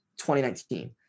2019